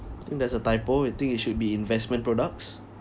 I think there's a typo we think it should be investment products